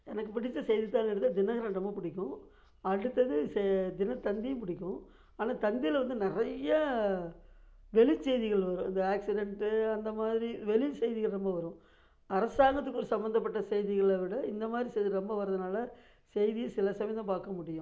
எனக்கு பிடிச்ச செய்தித்தாளென்றது தினகரன் ரொம்ப பிடிக்கும் அடுத்தது செ தினத்தந்தியும் பிடிக்கும் ஆனால் தந்தியில் வந்து நிறைய வெளிச்செய்திகள் வரும் இந்த ஆக்சிடென்ட்டு அந்த மாதிரி வெளி செய்திகள் ரொம்ப வரும் அரசாங்கத்துக்கு ஒரு சம்மந்தப்பட்ட செய்திகளை விட இந்த மாதிரி செய்தி ரொம்ப வரதினால செய்தி சில சமயம் தான் பார்க்க முடியும்